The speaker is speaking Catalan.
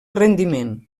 rendiment